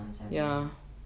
ya it's everywhere